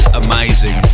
amazing